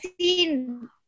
seen